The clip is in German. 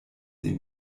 dem